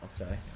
Okay